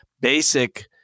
basic